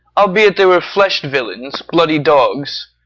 albeit they were flesh'd villains, bloody dogs,